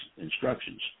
instructions